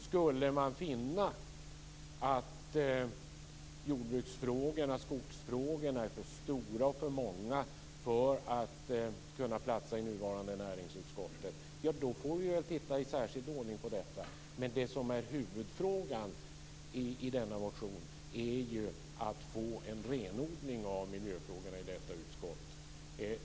Skulle man finna att jordbruksfrågorna och skogsfrågorna är för stora och för många för att kunna platsa i nuvarande näringsutskottet får vi titta i särskild ordning på detta. Men huvudfrågan i denna motion är att få en renodling av miljöfrågorna i utskottet.